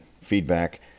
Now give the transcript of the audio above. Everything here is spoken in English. feedback